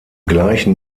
gleichen